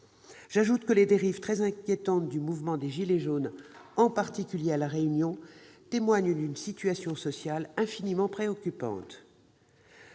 J'ajoute que les dérives très inquiétantes du mouvement des « gilets jaunes », en particulier à La Réunion, témoignent d'une situation sociale infiniment préoccupante.